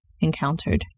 encountered